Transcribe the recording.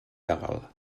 legal